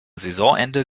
saisonende